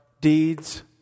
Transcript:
deeds